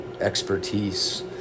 expertise